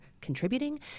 contributing